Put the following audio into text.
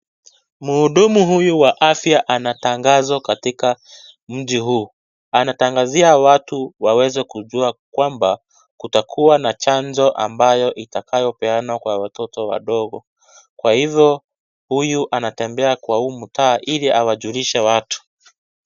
Mhudumu huyu wa afya ana tangazo katika mji huu. Anatangazia watu waweze kujua kwamba, kutakuwa na chanjo ambayo itakayo peanwa kwa watoto wadogo. Kwa hivyo, huyu anatembea kwa huu mtaa ili awajulishe watu.